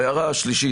הערה שלישית.